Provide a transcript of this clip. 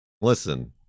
Listen